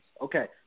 Okay